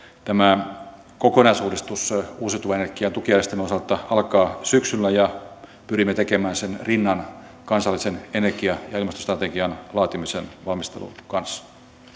tämä kokonaisuudistus uusiutuvan energian tukiaisten osalta alkaa syksyllä ja pyrimme tekemään sen rinnan kansallisen energia ja ilmastostrategian laatimisen valmistelun kanssa